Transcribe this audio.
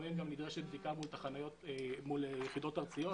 לפעמים גם נדרשת בדיקה מול יחידות ארציות.